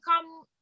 come